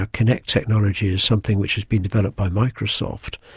ah kinect technology is something which has been developed by microsoft,